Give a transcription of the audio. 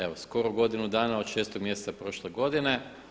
Evo skoro godinu dana od šestog mjeseca prošle godine.